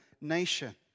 nation